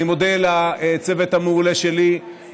אני מודה לצוות המעולה שלי,